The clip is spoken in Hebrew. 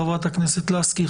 חברת הכנסת לסקי,